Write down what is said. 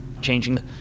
Changing